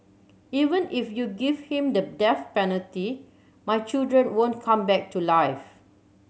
even if you give him the death penalty my children won't come back to life